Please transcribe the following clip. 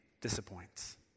disappoints